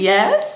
Yes